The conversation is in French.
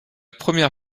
première